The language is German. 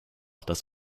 das